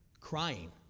crying